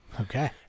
Okay